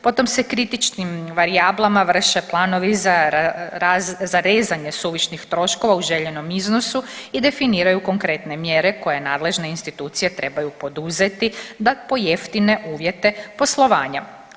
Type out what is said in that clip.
Potom se kritičkim varijablama vrše planovi za rezanje suvišnih troškova u željenom iznosu i definiraju konkretne mjere koje nadležne institucije trebaju poduzeti da pojeftine uvjete poslovanja.